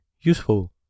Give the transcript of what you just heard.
useful